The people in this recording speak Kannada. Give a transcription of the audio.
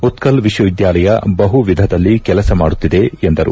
ಉತ್ತಲ್ ವಿಶ್ವವಿದ್ಯಾಲಯ ಬಹುವಿಧದಲ್ಲಿ ಕೆಲಸ ಮಾಡುತ್ತಿದೆ ಎಂದರು